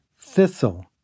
Thistle